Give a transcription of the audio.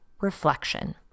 reflection